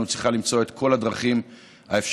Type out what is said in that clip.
צריכים למצוא את כל הדרכים האפשריות,